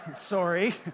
sorry